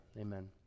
amen